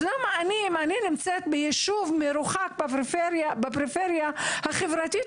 אז למה אם אני נמצאת ביישוב מרוחק בפריפריה החברתית